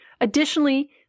Additionally